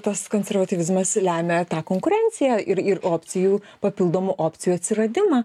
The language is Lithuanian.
tas konservatyvizmas lemia tą konkurenciją ir ir opcijų papildomų opcijų atsiradimą